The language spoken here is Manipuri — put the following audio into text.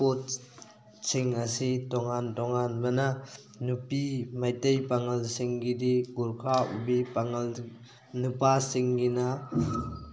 ꯄꯣꯠ ꯁꯤꯡ ꯑꯁꯤ ꯇꯣꯉꯥꯟ ꯇꯣꯉꯥꯟꯕꯅ ꯅꯨꯄꯤ ꯃꯩꯇꯩ ꯄꯥꯉꯜꯁꯤꯡꯒꯤꯗꯤ ꯒꯨꯔꯈꯥ ꯎꯞꯄꯤ ꯄꯥꯉꯜ ꯅꯨꯄꯥꯁꯤꯡꯒꯤꯅ